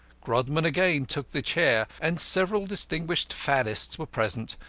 grodman again took the chair, and several distinguished faddists were present,